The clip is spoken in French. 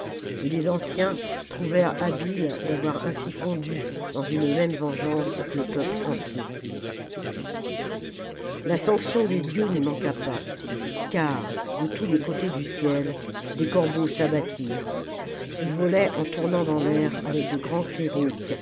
et les anciens trouvèrent habile d'avoir ainsi fondu dans une même vengeance le peuple entier la sanction des dieux n'y manqua pas car de tous les côtés du ciel des corbeaux s'abattirent ils volaient en tournant dans l'air avec de grands